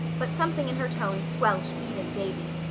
but something in her tone squelched even davy.